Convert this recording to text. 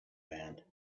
band